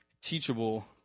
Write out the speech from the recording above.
teachable